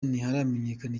ntiharamenyekana